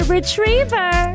Retriever